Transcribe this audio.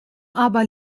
aber